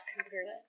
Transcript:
congruent